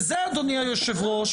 לזה אדוני יושב הראש,